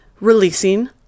releasing